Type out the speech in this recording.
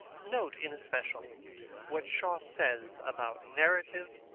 note in especial what shaw says about narrative,